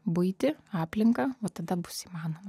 buitį aplinką o tada bus įmanoma